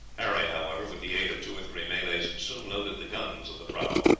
harry, however, with the aid of two or three malays, soon loaded the guns of the prahu.